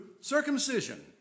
circumcision